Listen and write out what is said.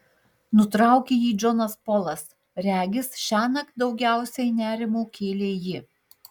nutraukė jį džonas polas regis šiąnakt daugiausiai nerimo kėlė ji